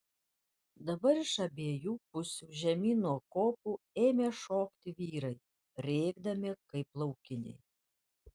dabar iš abiejų pusių žemyn nuo kopų ėmė šokti vyrai rėkdami kaip laukiniai